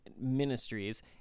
Ministries